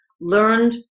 learned